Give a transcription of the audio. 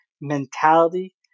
mentality